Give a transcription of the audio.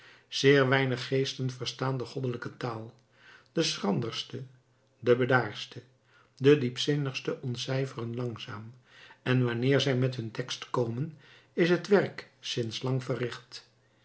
zeer weinig geesten verstaan de goddelijke taal de schranderste de bedaardste de diepzinnigste ontcijferen langzaam en wanneer zij met hun tekst komen is het werk sinds lang verricht